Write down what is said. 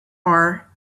are